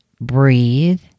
breathe